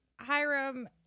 Hiram